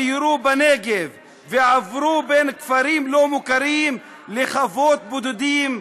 סיירו בנגב ועברו בין כפרים לא מוכרים לחוות בודדים,